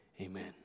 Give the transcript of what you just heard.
Amen